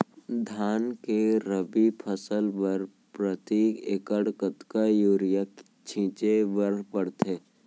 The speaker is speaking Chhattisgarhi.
धान के रबि फसल बर प्रति एकड़ कतका यूरिया छिंचे बर पड़थे?